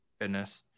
Goodness